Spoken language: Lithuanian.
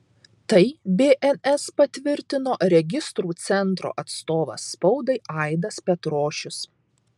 tai bns patvirtino registrų centro atstovas spaudai aidas petrošius